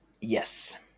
Yes